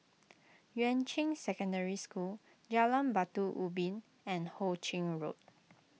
Yuan Ching Secondary School Jalan Batu Ubin and Ho Ching Road